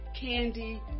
candy